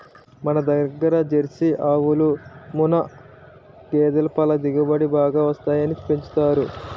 మనదగ్గర జెర్సీ ఆవులు, ముఱ్ఱా గేదులు పల దిగుబడి బాగా వస్తాయని పెంచుతారు